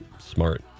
smart